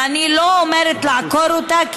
ואני לא אומרת לעקור אותה,